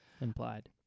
Implied